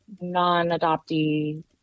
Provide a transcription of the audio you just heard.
non-adoptee